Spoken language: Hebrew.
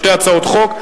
שתי הצעות חוק.